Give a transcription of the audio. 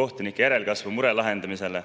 kohtunike järelkasvu mure lahendamisele